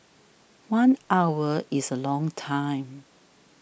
one hour is a long time